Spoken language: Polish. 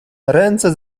ręce